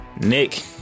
Nick